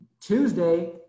Tuesday